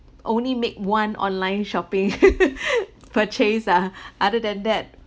only make one online shopping purchase ah other than that